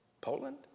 Poland